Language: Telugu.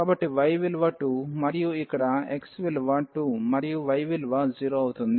కాబట్టి y విలువ 2 మరియు ఇక్కడ x విలువ 2 మరియు y విలువ 0 అవుతుంది